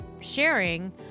sharing